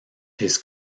his